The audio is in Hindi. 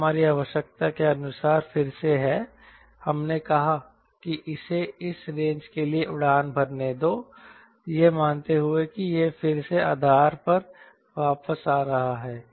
यह हमारी आवश्यकता के अनुसार फिर से है हमने कहा कि इसे इस रेंज के लिए उड़ान भरने दो यह मानते हुए कि यह फिर से आधार पर वापस आ रहा है